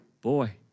Boy